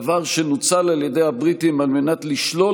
דבר שנוצל על ידי הבריטים על מנת לשלול